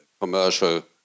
commercial